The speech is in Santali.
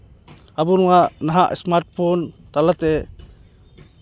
ᱟᱵᱚ ᱱᱚᱣᱟ ᱱᱟᱦᱟᱜ ᱥᱢᱟᱨᱴ ᱯᱷᱳᱱ ᱛᱟᱞᱟᱛᱮ